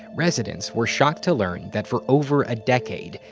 residents were shocked to learn that for over a decade,